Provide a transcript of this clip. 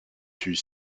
fut